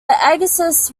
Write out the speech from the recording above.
agassiz